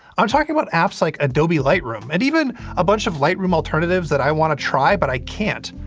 i'm talking about apps like adobe lightroom, and even a bunch of lightroom alternatives that i wanna try, but i can't.